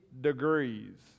degrees